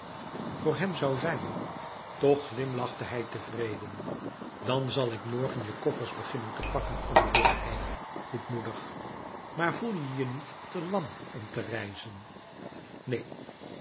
voor hem zoû zijn toch glimlachte hij tevreden dan zal ik morgen je koffers beginnen te pakken antwoordde hij goedmoedig maar voel je je niet te lam om te reizen neen